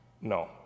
no